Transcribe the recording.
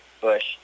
Bush